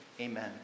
Amen